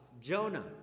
Jonah